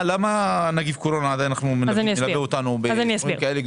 תוכנית מס' 2,